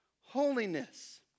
holiness